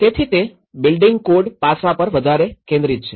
તેથી તે building code પાસા પર વધારે કેન્દ્રિત છે